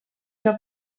joc